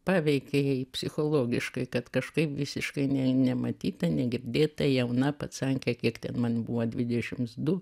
paveikė jai psichologiškai kad kažkaip visiškai nei nematyta negirdėta jauna pacankė kiek ten man buvo dvidešims du